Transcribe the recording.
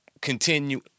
continue